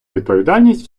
відповідальність